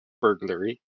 burglary